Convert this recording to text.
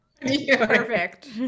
Perfect